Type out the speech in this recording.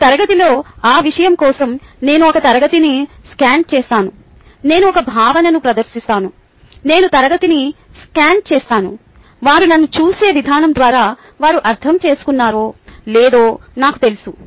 ఒక తరగతిలో ఆ విషయం కోసం నేను ఒక తరగతిని స్కాన్ చేస్తాను నేను ఒక భావనను ప్రదర్శిస్తాను నేను తరగతిని స్కాన్ చేస్తాను వారు నన్ను చూసే విధానం ద్వారా వారు అర్థం చేసుకున్నారో లేదో నాకు తెలుసు